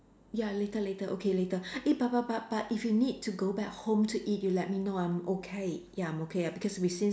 ya later later okay later eh but but but but if you need to go back home to eat you let me know I'm okay ya I'm okay ah because we since